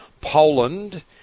Poland